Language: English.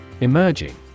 Emerging